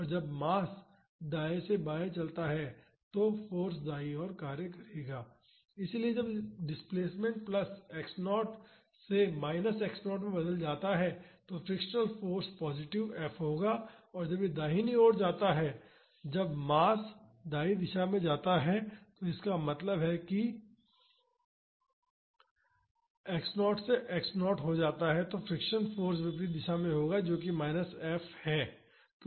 अतः जब मास दाएँ से बाएँ चलता है तो फाॅर्स दाईं ओर कार्य करेगा इसलिए जब डिस्प्लेसमेंट प्लस X 0 से माइनस X 0 में बदल जाता है तो फ्रिक्शनल फाॅर्स पॉजिटिव F होगा और जब यह दाहिनी ओर जाता है जब मास दाईं दिशा में जाता है इसका मतलब है कि जब मास माइनस X0 से X0 तक जाता है तो फ्रिक्शन फाॅर्स विपरीत दिशा में होगा जो कि माइनस F है